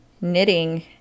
knitting